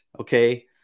okay